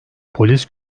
polis